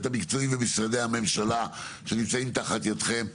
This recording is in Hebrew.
המקצועי ומשרדי הממשלה שנמצאים תחת ידכם.